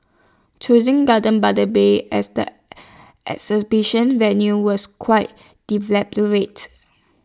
choosing gardens by the bay as the exhibition venue was quite deliberate